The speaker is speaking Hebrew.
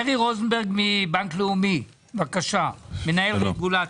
ברי רוזנברג, מנהל רגולציה,